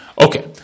Okay